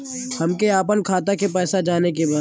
हमके आपन खाता के पैसा जाने के बा